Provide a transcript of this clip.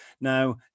Now